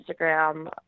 Instagram